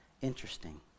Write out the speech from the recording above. interesting